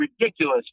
ridiculous